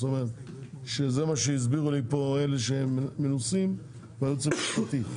זאת אומרת שזה מה שהסבירו לי פה אלה שהם מנוסים והיועץ המשפטי.